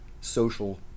social